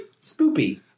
Spoopy